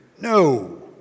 No